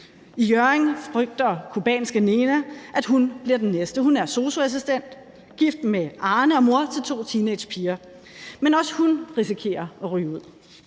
I Hjørring frygter cubanske Nena, at hun bliver den næste. Hun er sosu-assistent, gift med Arne og mor til to teenagepiger, men også hun risikerer at ryge ud.